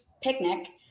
picnic